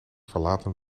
verlaten